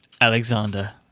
Alexander